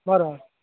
बरं मग